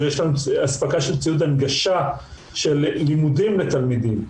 יש לנו אספקה של ציוד הנגשה של לימודים לתלמידים.